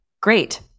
great